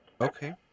Okay